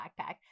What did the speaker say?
backpack